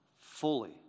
Fully